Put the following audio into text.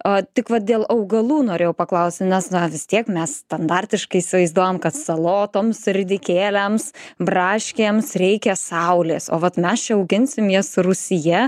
a tik va dėl augalų norėjau paklausti nes na vis tiek mes standartiškai įsivaizduojam kad salotoms ridikėliams braškėms reikia saulės o vat mes čia auginsim jas rūsyje